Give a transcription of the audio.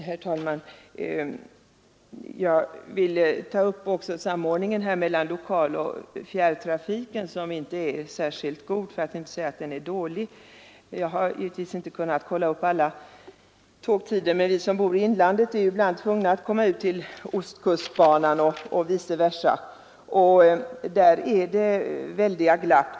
Herr talman! Jag hoppas på en god lösning av dessa problem. Jag vill också ta upp samordningen mellan lokaloch fjärrtrafiken som inte är särskilt god, för att inte säga rent av dålig. Jag har givetvis inte kunnat kolla upp alla tågtider, men vi som bor i inlandet är ibland tvungna att komma ut till ostkustbanan, och det är också nödvändigt för söderhamnsoch hudiksvallsbor att komma fram till stambanan. Där är det väldiga glapp i tidtabellerna.